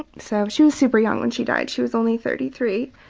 so she was super young when she died, she was only thirty three.